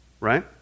right